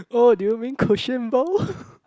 oh do you mean cushion bowl